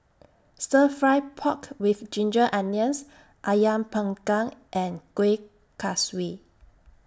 Stir Fry Pork with Ginger Onions Ayam Panggang and Kuih Kaswi